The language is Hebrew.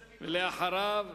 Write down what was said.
אחריו,